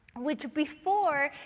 which, before,